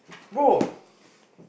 bro